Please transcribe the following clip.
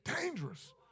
dangerous